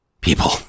people